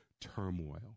turmoil